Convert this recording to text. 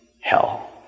hell